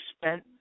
spent –